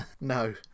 No